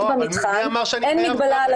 תנאים.